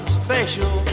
special